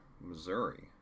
Missouri